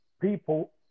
people